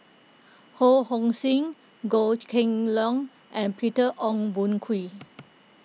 Ho Hong Sing Goh Kheng Long and Peter Ong Boon Kwee